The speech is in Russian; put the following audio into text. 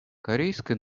корейская